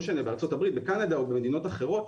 בקנדה או במדינות אחרות.